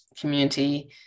community